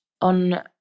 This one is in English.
on